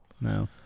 no